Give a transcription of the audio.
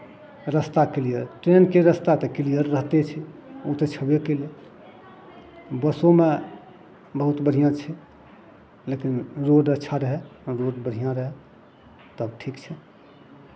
रस्ता किलयर ट्रेनके रस्ता तऽ किलयर रहिते छै ओ तऽ छेबे करय बसोमे बहुत बढ़िआँ छै लेकिन रोड अच्छा रहए रोड बढ़िआँ रहए तब ठीक छै